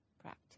practice